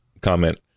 comment